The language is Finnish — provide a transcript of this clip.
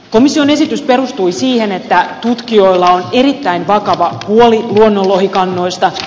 komission esitys perustui siihen että tutkijoilla on erittäin vakava huoli luonnonlohikannoista